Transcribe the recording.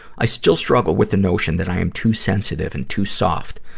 i still struggle with the notion that i am too sensitive and too soft.